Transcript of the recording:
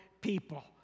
people